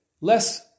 less